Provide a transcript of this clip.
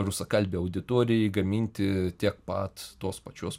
rusakalbiai auditorijai gaminti tiek pat tos pačios